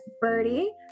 Birdie